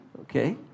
Okay